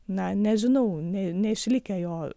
na nežinau ne neišlikę jo